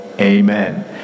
Amen